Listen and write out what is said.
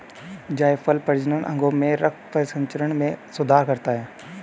जायफल प्रजनन अंगों में रक्त परिसंचरण में सुधार करता है